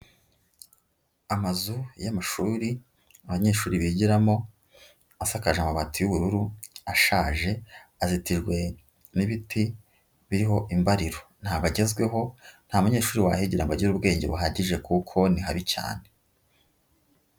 Amazu y'amashuri abanyeshuri bigiramo asakaje amabati y'ubururu ashaje, azitirwa n'ibiti biriho imbariro, ntago agezweho, nta munyeshuri wahigira ngo agire ubwenge buhagije kuko ni habi cyane.